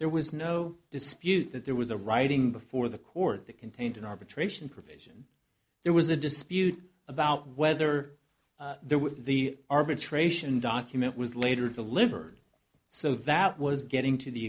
there was no dispute that there was a writing before the court that contained an arbitration provision there was a dispute about whether the with the arbitration document was later delivered so that was getting to the